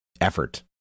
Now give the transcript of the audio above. effort